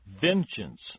vengeance